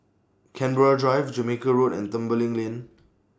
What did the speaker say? Canberra Drive Jamaica Road and Tembeling Lane